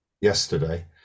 yesterday